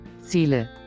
Ziele